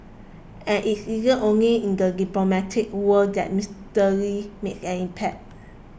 and it isn't only in the diplomatic world that Mister Lee made an impact